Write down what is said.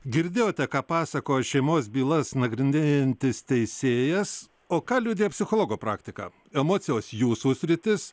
girdėjote ką pasakoja šeimos bylas nagrinėjantis teisėjas o ką liudija psichologo praktika emocijos jūsų sritis